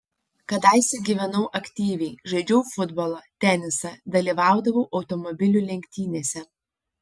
kadaise gyvenau aktyviai žaidžiau futbolą tenisą dalyvaudavau automobilių lenktynėse